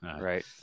right